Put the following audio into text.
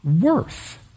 worth